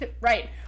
Right